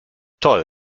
toll